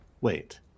Wait